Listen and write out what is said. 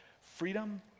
freedom